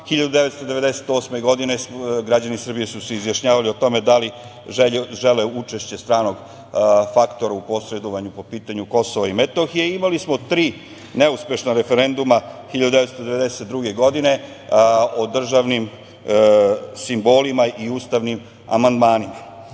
1998. građani Srbije su se izjašnjavali o tome da li žele učešće stranog faktora u posredovanju po pitanju Kosova i Metohije i imali smo tri neuspešna referenduma 1992. godine o državnim simbolima i ustavnim amandmanima.